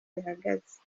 bihagaze